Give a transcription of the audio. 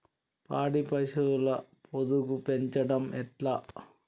పాడి పశువుల పొదుగు పెంచడం ఎట్లా?